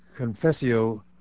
confessio